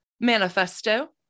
manifesto